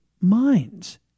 minds